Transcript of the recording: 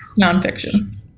nonfiction